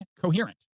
Coherent